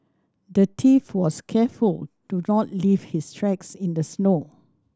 the thief was careful to not leave his tracks in the snow